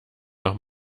noch